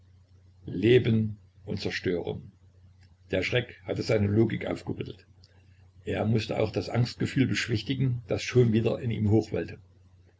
leben und zerstörung der schreck hatte seine logik aufgerüttelt er mußte auch das angstgefühl beschwichtigen das schon wieder in ihm